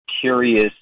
curious